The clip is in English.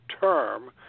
term